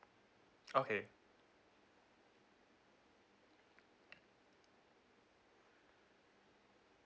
okay